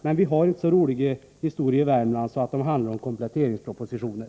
Men vi har inte så roliga historier att de handlar om kompletteringspropositioner.